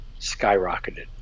skyrocketed